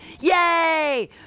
yay